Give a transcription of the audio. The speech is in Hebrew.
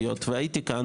היות והייתי כאן,